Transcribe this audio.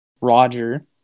roger